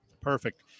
Perfect